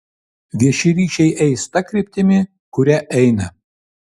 viešieji ryšiai eis ta kryptimi kuria eina